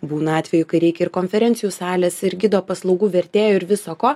būna atvejų kai reikia ir konferencijų salės ir gido paslaugų vertėjų ir viso ko